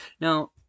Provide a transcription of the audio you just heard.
Now